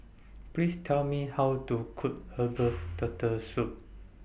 Please Tell Me How to Cook Herbal Turtle Soup